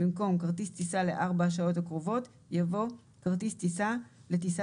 במקום "כרטיס טיסה ל-4 השעות הקרובות" יבוא ״כרטיס טיסה לטיסה